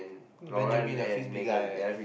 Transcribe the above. Benjamin the frisbee guy